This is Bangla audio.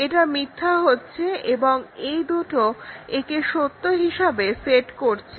এটা মিথ্যা হচ্ছে এবং এই দুটো একে সত্য হিসাবে সেট করছে